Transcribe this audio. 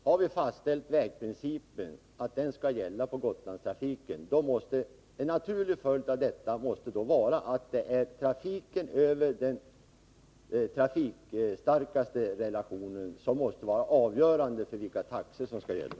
Herr talman! Helt kort: Har vi fastställt att vägprincipen skall gälla för Gotlandstrafiken, då blir en naturlig följd av detta att det är trafiken över den trafikstarkaste relationen som måste vara avgörande för vilka taxor som skall gälla.